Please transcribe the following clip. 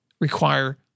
require